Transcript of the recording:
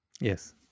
Yes